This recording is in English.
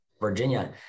virginia